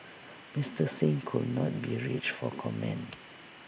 Mister Singh could not be reached for comment